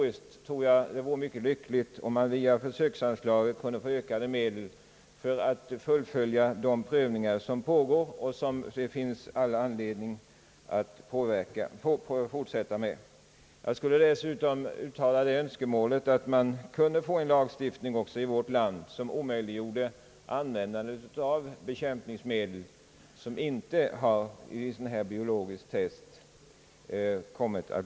Däremot tror jag att det vore mycket lyckligt om man provisoriskt, via försöksanslaget, kunde få ytterligare medel för att fullfölja de prövningar som pågår och som det finns all anledning att fortsätta med. Jag vill dessutom uttala önskemålet att vi får en lagstiftning även i vårt land, som omöjliggör användandet av bekämpningsmedel vilka inte blivit godkända vid biologisk test.